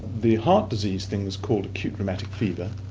the heart disease thing is called acute rheumatic fever,